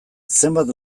zenbat